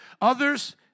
Others